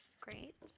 Great